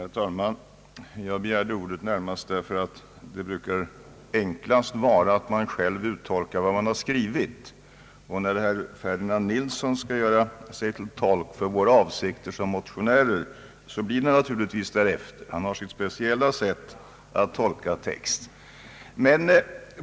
Herr talman! Jag begärde ordet närmast därför att det brukar vara enklast att själv uttolka vad man har skrivit. När herr Ferdinand Nilsson skall göra sig till tolk för våra avsikter som motionärer så blir det naturligtvis därefter. Han har sitt speciella sätt att tolka text.